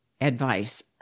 advice